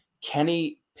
Kenny